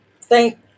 thank